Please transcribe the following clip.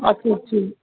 अछा अछा जी